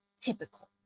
typical